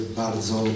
bardzo